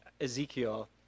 Ezekiel